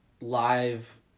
Live